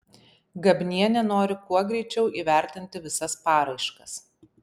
gabnienė nori kuo greičiau įvertinti visas paraiškas